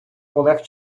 колег